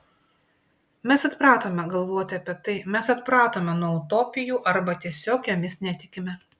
mes atpratome galvoti apie tai mes atpratome nuo utopijų arba tiesiog jomis netikime